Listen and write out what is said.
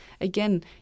Again